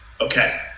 okay